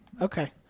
okay